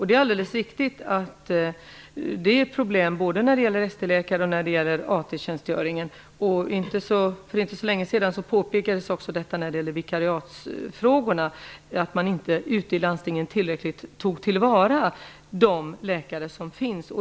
Det är alldeles riktigt att det är problem när det gäller både ST-läkarna och AT-tjänstgöringen. För inte så länge sedan påpekades också när det gäller vikariatsfrågorna att landstingen inte tillräckligt tar till vara de läkare som finns.